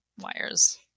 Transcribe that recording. wires